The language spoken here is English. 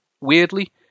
weirdly